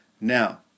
Now